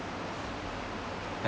I